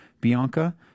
Bianca